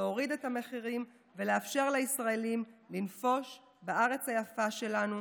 להוריד את המחירים ולאפשר לישראלים לנפוש בארץ היפה שלנו,